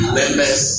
members